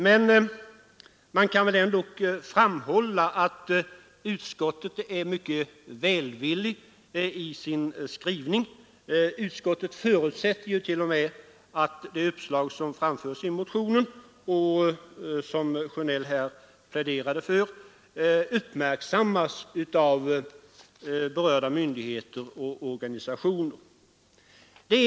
Man kan väl ändå framhålla att utskottet är mycket välvilligt i sin skrivning — utskottet förutsätter t.o.m. att det uppslag som framförs i motionen och som herr Sjönell här pläderade för uppmärksammas av berörda myndigheter och organisationer.